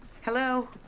Hello